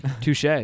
touche